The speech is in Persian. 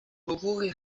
حقوقی